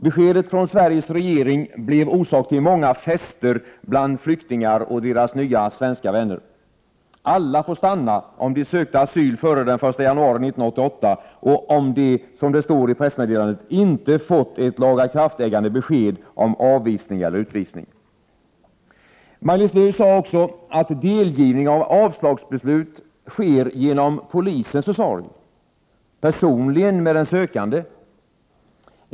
Beskedet från Sveriges regering blev orsak till många fester bland flyktingar och deras nya svenska vänner. Prot. 1988/89:92 Alla får stanna, om de sökte asyl före den 1 januari 1988 och om de, som 7 april 1989 det står i pressmeddelandet, inte fått ett lagakraftägande besked om Am fbs. sa — avvisning eller utvisning. Maj-Lis Lööw sade också att delgivning av avslagsbeslut sker genom polisens försorg, personligen med den sökande.